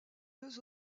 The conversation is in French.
deux